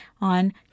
on